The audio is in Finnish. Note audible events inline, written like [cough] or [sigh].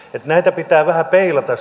näitä pitää vähän peilata [unintelligible]